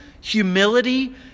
humility